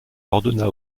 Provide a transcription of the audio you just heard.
ordonna